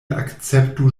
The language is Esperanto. akceptu